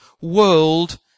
world